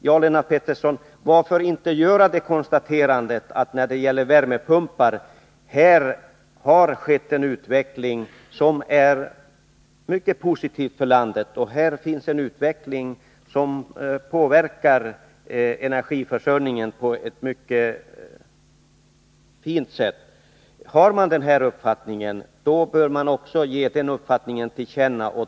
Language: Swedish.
Varför inte göra det konstaterandet, Lennart Pettersson, att när det gäller värmepumpar har det skett en utveckling som är mycket positiv för landet och som påverkar energiförsörjningen på ett mycket fint sätt? Om man har denna uppfattning, bör man också ge den till känna.